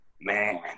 Man